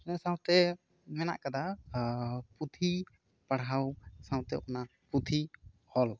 ᱤᱱᱟᱹ ᱥᱟᱶᱛᱮ ᱢᱮᱱᱟᱜ ᱟᱠᱟᱫᱟ ᱯᱩᱛᱷᱤ ᱯᱟᱲᱦᱟᱣ ᱥᱟᱶᱛᱮ ᱚᱱᱟ ᱯᱩᱛᱷᱤ ᱚᱞ